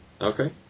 Okay